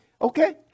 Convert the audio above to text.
okay